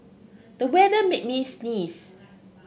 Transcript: the weather made me sneeze